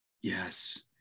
Yes